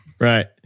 Right